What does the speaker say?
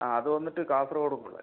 ആ അത് വന്നിട്ട് കാസർഗോഡ് കുള്ളൻ